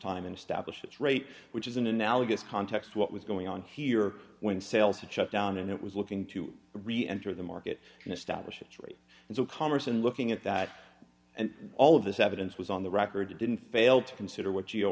rate which is an analogous context what was going on here when sales had shut down and it was looking to re enter the market and establish a trade and so commerce and looking at that and all of this evidence was on the record it didn't fail to consider what yo